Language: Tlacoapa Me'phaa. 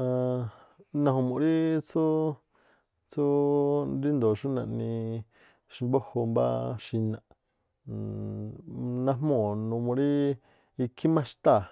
Aan naju̱mu̱ꞌ rí tsúú- tsúú- ríndo̱o xú naꞌni xbújo̱ mbáá xinaꞌ najmuu̱ nunuu rí ikhí má xtáa̱,